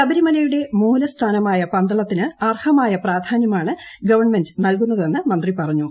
ശബരിമലയുടെ മൂലസ്ഥാനമായ പന്തളത്തിന് അർഹമായ പ്രാധാന്യമാണ് ഗവൺമെന്റ് നൽകുന്നതെന്ന് മന്ത്രി പറഞ്ഞു